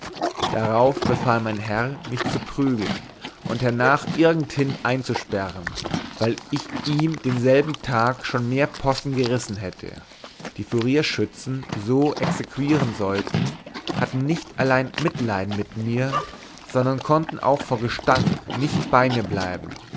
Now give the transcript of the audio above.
darauf befahl mein herr mich zu prügeln und hernach irgendhin einzusperren weil ich ihm denselben tag schon mehr possen gerissen hatte die furierschützen so exequieren sollten hatten nicht allein mitleiden mit mir sondern konnten auch vor gestank nicht bei mir bleiben